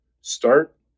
start